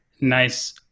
nice